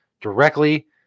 directly